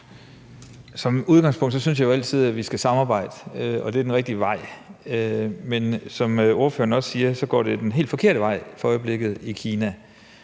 Som udgangspunkt synes jeg jo altid, at vi skal samarbejde, og det er den rigtige vej. Men som ordføreren også siger, går det den helt forkerte vej for øjeblikket i Kina.